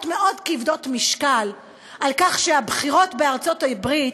מאוד כבדות משקל שהבחירות בארצות-הברית